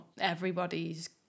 everybody's